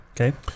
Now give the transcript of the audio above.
okay